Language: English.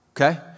Okay